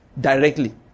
directly